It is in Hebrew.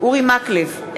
אורי מקלב,